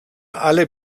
alle